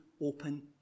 open